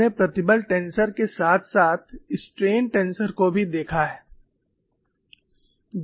हमने प्रतिबल टेंसर के साथ साथ स्ट्रेन टेंसर को भी देखा है